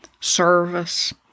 service